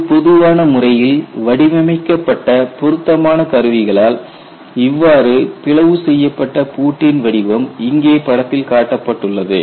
ஒரு பொதுவான முறையில் வடிவமைக்கப் பட்ட பொருத்தமான கருவிகளால் இவ்வாறு பிளவு செய்யப்பட்ட பூட்டின் வடிவம் இங்கே படத்தில் காட்டப்பட்டுள்ளது